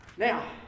Now